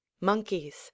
monkeys